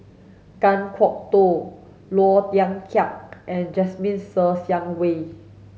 Kan Kwok Toh Low Thia Khiang and Jasmine Ser Xiang Wei